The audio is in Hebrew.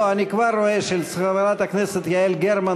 אני כבר רואה שלחברת הכנסת יעל גרמן,